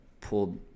pulled